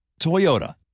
Toyota